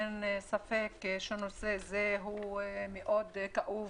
אין ספק שנושא זה הוא מאוד כאוב.